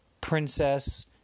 princess